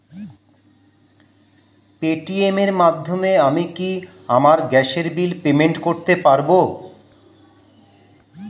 Paytm এর মাধ্যমে আমি কি আমার গ্যাসের বিল পেমেন্ট করতে পারব?